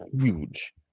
huge